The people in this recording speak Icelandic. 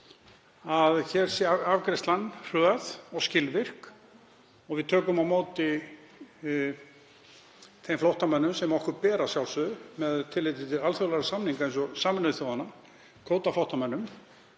að hér sé afgreiðslan hröð og skilvirk og við tökum á móti þeim flóttamönnum sem okkur ber að sjálfsögðu, með tilliti til alþjóðlegra samninga eins og við Sameinuðu þjóðirnar um kvótaflóttamenn,